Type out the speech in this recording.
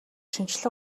шинжлэх